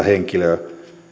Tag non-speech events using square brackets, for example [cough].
[unintelligible] henkilöä